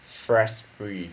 stress free